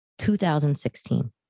2016